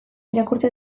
irakurtzen